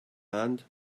and